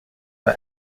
bei